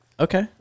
Okay